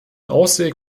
ausweg